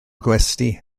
gwesty